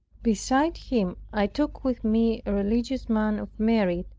beside him, i took with me a religious man of merit,